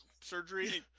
surgery